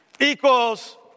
equals